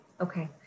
Okay